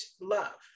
love